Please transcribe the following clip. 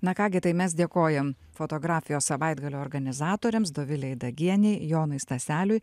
na ką gi tai mes dėkojam fotografijos savaitgalio organizatorėms dovilei dagienei jonui staseliui